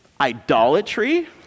Idolatry